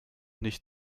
nicht